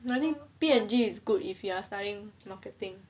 I mean P&G is good if you are studying marketing